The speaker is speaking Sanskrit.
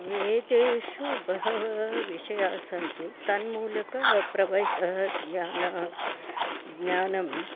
वेदेषु बहवाः विषयाः सन्ति तन्मूलकप्रवैतः ज्ञान ज्ञानं